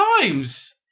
times